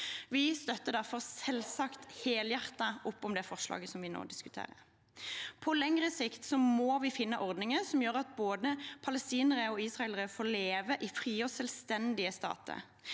Vi støtter derfor selvsagt helhjertet opp om det forslaget vi nå diskuterer. På lengre sikt må vi finne ordninger som gjør at både palestinere og israelere får leve i frie og selvstendige stater.